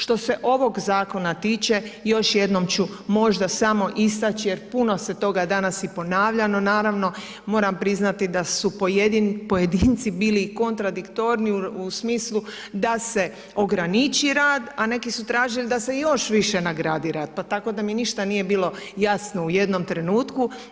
Što se ovog zakona tiče još jednom ću možda smo istaći, jer puno se toga danas i ponavljalo naravno, moram priznati da su pojedinci bili kontradiktorni u smislu da se ograniči rad, a neki su tražili da se još više nagradi rad, pa tako da mi ništa nije bilo jasno u jednom trenutku.